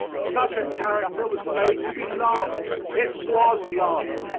such a character was made to be loved. it was loved.